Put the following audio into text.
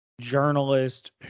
journalist